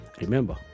Remember